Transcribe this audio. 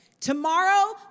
Tomorrow